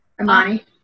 Amani